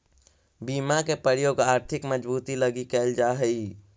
बीमा के प्रयोग आर्थिक मजबूती लगी कैल जा हई